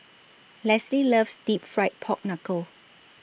Lesly loves Deep Fried Pork Knuckle